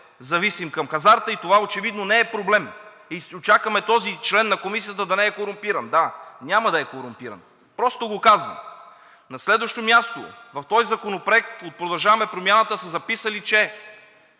зависим към хазарта и това очевидно не е проблем, и ще чакаме този член на Комисията да не е корумпиран. Да, няма да е корумпиран! Просто го казвам. На следващо място, в този законопроект от „Продължаваме Промяната“ са записали, че